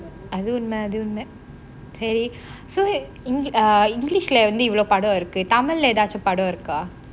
அது உண்மை அது உண்மை சரி:athu unmai athu unmai sari so ah err english ல வந்து இவ்வளவு படம் இருக்கு தமிழ்ல ஏதாச்சோம் படம் இருக்கா:la vanthu ivvalavu padam irukku thamilla ethaachum padam irukka